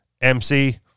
MC